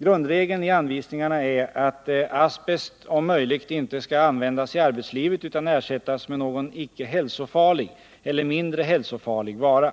Grundregeln i anvisningarna är att asbest om möjligt inte skall användas i arbetslivet utan ersättas med någon icke hälsofarlig eller mindre hälsofarlig vara.